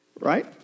Right